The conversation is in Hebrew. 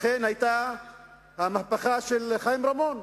לכן היתה המהפכה של חיים רמון,